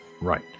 Right